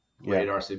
radar